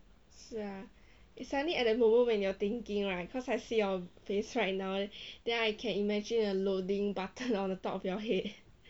是 ah it's suddenly at the moment when you're thinking right cause I see your face right now then I can imagine a loading button on the top of your head